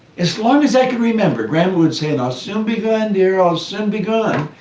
as long as i could remember, grandma would say, and i'll soon be gone, dear, i'll soon be gone.